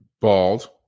bald